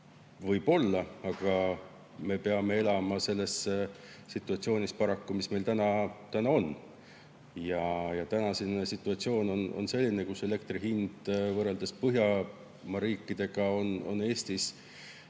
Võib-olla, aga me peame paraku elama selles situatsioonis, mis meil täna on. Ja täna on situatsioon selline, et elektri hind võrreldes Põhjamaa riikidega on Eestis,